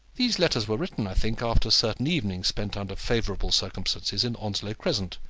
these letters were written, i think, after certain evenings spent under favourable circumstances in onslow crescent,